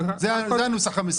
זה הנוסח המסודר.